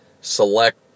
select